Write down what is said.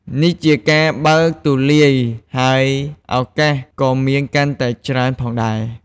នេះជាការបើកទូលាយ ហើយឱកាសក៏មានកាន់តែច្រើនផងដែរ។